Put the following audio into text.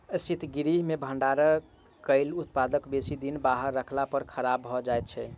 शीतगृह मे भंडारण कयल उत्पाद बेसी दिन बाहर रखला पर खराब भ जाइत छै